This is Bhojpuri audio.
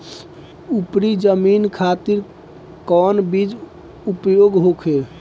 उपरी जमीन खातिर कौन बीज उपयोग होखे?